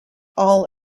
all